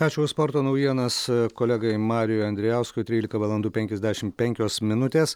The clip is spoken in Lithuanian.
ačiū už sporto naujienas kolegai mariui andrijauskui trylika valandų penkiasdešimt penkios minutės